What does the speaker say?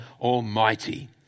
Almighty